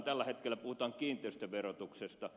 tällä hetkellä puhutaan kiinteistöverotuksesta